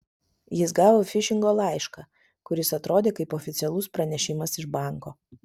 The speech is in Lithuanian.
jis gavo fišingo laišką kuris atrodė kaip oficialus pranešimas iš banko